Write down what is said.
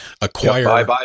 acquire